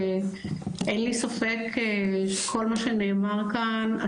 אין לי ספק לגבי כל מה שנאמר כאן על